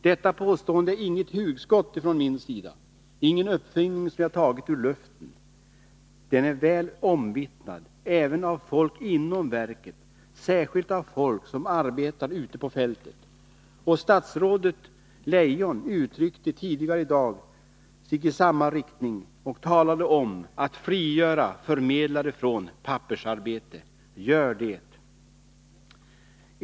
Detta påstående är inget hugskott från min sida, inget som jag gripit ur luften, utan att så är fallet är väl omvittnat även av folk inom verket, särskilt av folk som arbetar ute på fältet. Statsrådet Leijon uttryckte sig tidigare i dag i samma riktning och talade om att frigöra förmedlare från pappersarbete. Gör det!